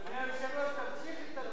להסיר מסדר-היום את הצעת חוק המת"ל,